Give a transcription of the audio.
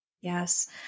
Yes